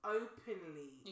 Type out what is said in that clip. openly